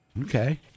Okay